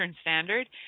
Standard